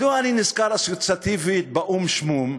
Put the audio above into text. מדוע אני נזכר אסוציאטיבית ב"או"ם שמום"?